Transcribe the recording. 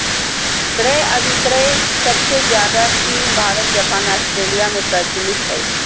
क्रय अभिक्रय सबसे ज्यादे चीन भारत जापान ऑस्ट्रेलिया में प्रचलित हय